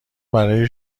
برای